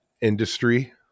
industry